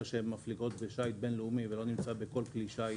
שמפליגות בשיט בינלאומי ולא נמצא בכלי שיט